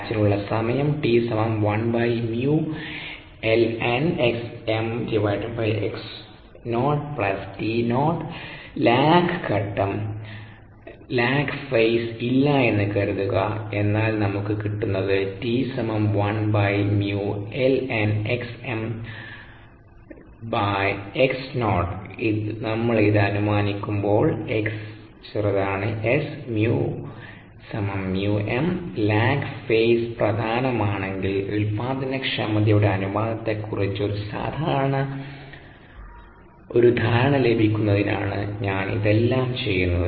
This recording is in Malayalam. ബാച്ചിനുള്ള സമയം ലാഗ് ഘട്ടം ഇല്ലായെന്ന് കരുതുക എന്നാൽ നമുക്ക് കിട്ടുന്നത് നമ്മൾ ഇത് അനുമാനിക്കുമ്പോൾ 𝐾𝑆 ≪ 𝑆 µ 𝜇𝑚 ലാഗ് ഫേസ് പ്രധാനമാണെങ്കിൽ ഉൽപാദനക്ഷമതയുടെ അനുപാതത്തെക്കുറിച്ച് ഒരു ധാരണ ലഭിക്കുന്നതിനാണ് ഞാൻ ഇതെല്ലാം ചെയ്യുന്നത്